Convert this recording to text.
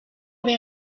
les